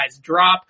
drop